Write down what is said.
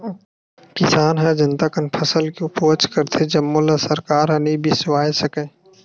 किसान ह जतना कन फसल के उपज करथे जम्मो ल सरकार ह नइ बिसावय सके